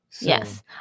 Yes